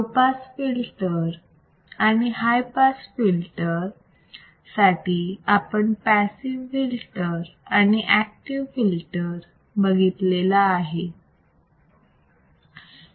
low pass filter साठी आणि high pass filter साठी आपण पॅसिव्ह फिल्टर आणि एक्टिव फिल्टर बघितलेला आहे